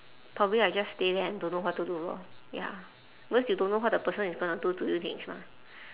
probably I just stay there and don't know what to do lor ya because you don't know what the person is gonna do to you next mah